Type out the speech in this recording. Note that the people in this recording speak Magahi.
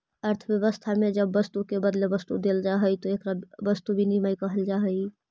अर्थव्यवस्था में जब वस्तु के बदले वस्तु देल जाऽ हई तो एकरा वस्तु विनिमय कहल जा हई